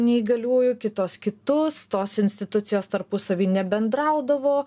neįgaliųjų kitos kitus tos institucijos tarpusavy nebendraudavo